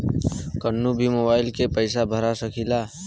कन्हू भी मोबाइल के पैसा भरा सकीला?